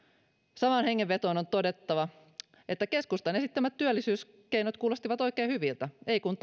samaan hengenvetoon on todettava että keskustan esittämät työllisyyskeinot kuulostivat oikein hyviltä ei kun